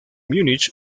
múnich